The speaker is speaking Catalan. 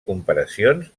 comparacions